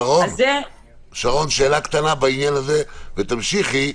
שרון, שאלה בעניין הזה ותמשיכי.